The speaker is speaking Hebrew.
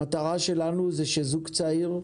המטרה שלנו היא שזוג צעיר,